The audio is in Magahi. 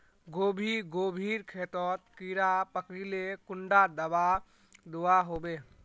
गोभी गोभिर खेतोत कीड़ा पकरिले कुंडा दाबा दुआहोबे?